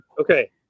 okay